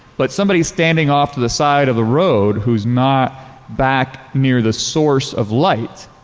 but somebody standing off to the side of the road who is not back near the source of light,